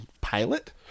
pilot